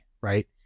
right